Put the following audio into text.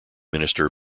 minister